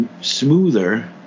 smoother